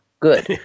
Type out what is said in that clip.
good